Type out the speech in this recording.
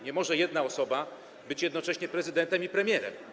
Nie może jedna osoba być jednocześnie prezydentem i premierem.